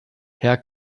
herr